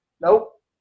nope